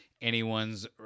anyone's